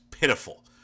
pitiful